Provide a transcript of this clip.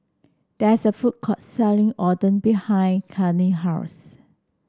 there is a food court selling Oden behind Kadyn house